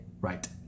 right